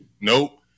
nope